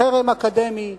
חרם אקדמי,